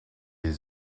les